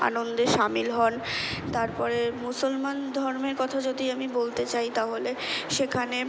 আনন্দে সামিল হন তারপরে মুসলমান ধর্মের কথা যদি আমি বলতে চাই তাহলে সেখানে